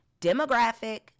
Demographic